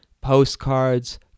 postcards